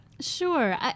Sure